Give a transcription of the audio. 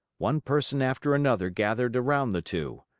one person after another gathered around the two.